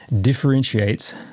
differentiates